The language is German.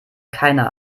keiner